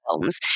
films